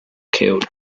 killed